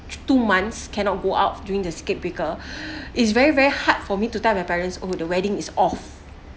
two months cannot go out during the circuit breaker it's very very hard for me to tell my parents oh the wedding is off